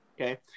Okay